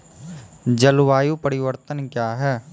जलवायु परिवर्तन कया हैं?